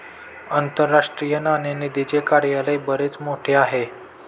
आंतरराष्ट्रीय नाणेनिधीचे कार्यालय बरेच मोठे आहे